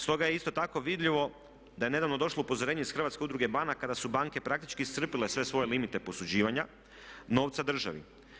Stoga je isto tako vidljivo da je nedavno došlo upozorenje iz Hrvatske udruge banaka da su banke praktički iscrpile sve svoje limite posuđivanja novca državi.